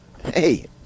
Hey